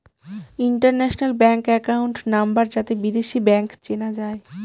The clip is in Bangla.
ইন্টারন্যাশনাল ব্যাঙ্ক একাউন্ট নাম্বার যাতে বিদেশী ব্যাঙ্ক চেনা যায়